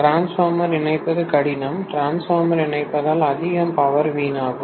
transformer இணைப்பது கடினம் transformer இணைப்பதால் அதிகமான பவர் வீணாகும்